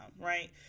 right